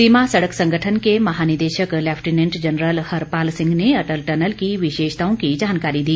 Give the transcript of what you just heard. सीमा सड़क संगठन के महानिदेशक लैफ्टिनेंट जनरल हरपाल सिंह ने अटल टनल की विशेषताओं की जानकारी दी